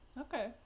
Okay